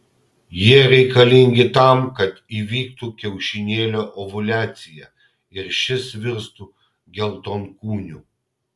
jie reikalingi tam kad įvyktų kiaušinėlio ovuliacija ir šis virstų geltonkūniu